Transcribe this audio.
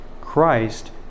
Christ